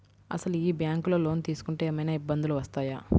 అసలు ఈ బ్యాంక్లో లోన్ తీసుకుంటే ఏమయినా ఇబ్బందులు వస్తాయా?